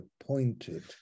appointed